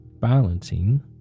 balancing